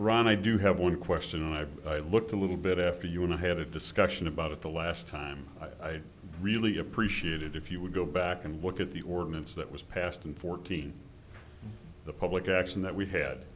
ron i do have one question and i've looked a little bit after you want to have a discussion about the last time i really appreciated if you would go back and look at the ordinance that was passed and fourteen the public action that we had